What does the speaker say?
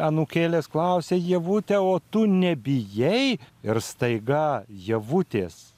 anūkėlės klausia ievute o tu nebijai ir staiga ievutės